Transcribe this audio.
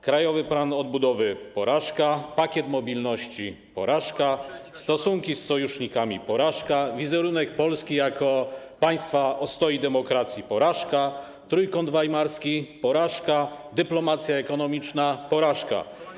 Krajowy Plan Odbudowy - porażka, Pakiet Mobilności - porażka, stosunki z sojusznikami - porażka, wizerunek Polski jako państwa - ostoi demokracji - porażka, Trójkąt Weimarski - porażka, dyplomacja ekonomiczna - porażka.